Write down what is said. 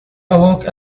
awoke